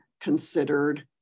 considered